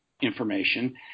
information